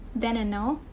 then and now.